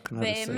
רק נא לסיים.